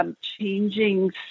Changing